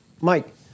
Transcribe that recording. Mike